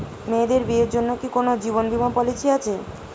মেয়েদের বিয়ের জন্য কি কোন জীবন বিমা পলিছি আছে?